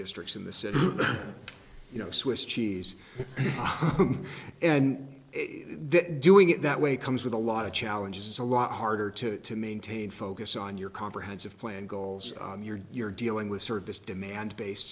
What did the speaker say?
districts in the city you know swiss cheese and then doing it that way comes with a lot of challenges it's a lot harder to maintain focus on your comprehensive plan goals on your you're dealing with sort of this demand based